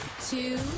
Two